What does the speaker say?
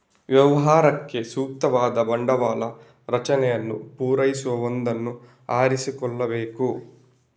ವ್ಯವಹಾರಕ್ಕೆ ಸೂಕ್ತವಾದ ಬಂಡವಾಳ ರಚನೆಯನ್ನು ಪೂರೈಸುವ ಒಂದನ್ನು ಆರಿಸಿಕೊಳ್ಳಬೇಕು